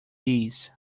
bees